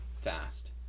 fast